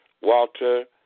Walter